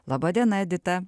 laba diena edita